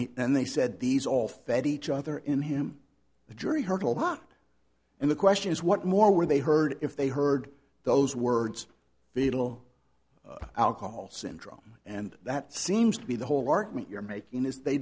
then they said these all fed each other in him the jury heard a lot and the question is what more were they heard if they heard those words the low alcohol syndrome and that seems to be the whole argument you're making is they